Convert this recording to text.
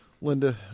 Linda